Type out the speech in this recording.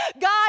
God